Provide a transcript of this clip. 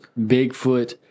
Bigfoot